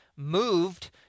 moved